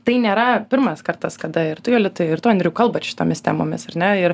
tai nėra pirmas kartas kada ir tu jolita ir tu andriau kalbat šitomis temomis ar ne ir